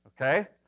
Okay